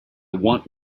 want